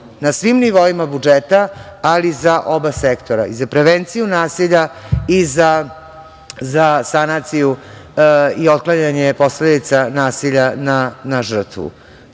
na svim nivoima budžeta, ali za oba sektora i za prevenciju nasilja i za sanaciju i otklanjanje posledica nasilja na žrtvu.